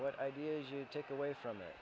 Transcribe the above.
what ideas you take away from it